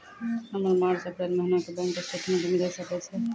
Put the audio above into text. हमर March April महीना के बैंक स्टेटमेंट मिले सकय छै?